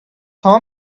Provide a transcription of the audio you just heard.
saw